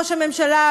ראש הממשלה,